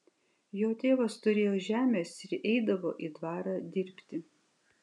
jo tėvas turėjo žemės ir eidavo į dvarą dirbti